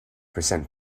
percent